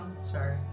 Sorry